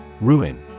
Ruin